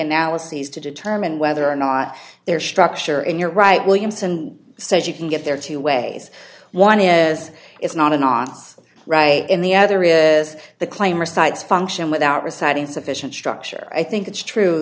analyses to determine whether or not there structure in your right williamson says you can get there two ways one is is not an office right in the other is the claim or cites function without reciting sufficient structure i think it's true